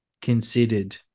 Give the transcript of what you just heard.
considered